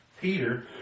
Peter